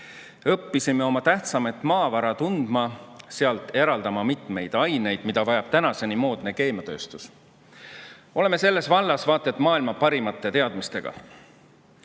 Õppisime oma tähtsaimat maavara tundma, sealt eraldama mitmeid aineid, mida vajab tänaseni moodne keemiatööstus. Oleme selles vallas vaat et maailma parimate teadmistega. Kui